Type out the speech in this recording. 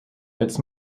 its